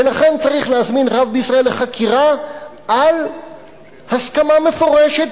ולכן צריך להזמין רב בישראל לחקירה על הסכמה מפורשת,